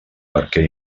barquer